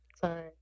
Sorry